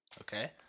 Okay